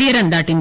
తీరం దాటింది